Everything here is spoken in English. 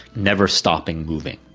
never stopping moving.